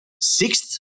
sixth